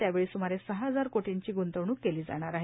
त्यावेळी स्मारे सहा हजार कोटींची ग्ंतवणूक केली जाणार आहे